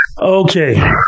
Okay